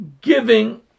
giving